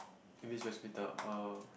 in which uh